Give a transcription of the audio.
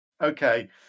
Okay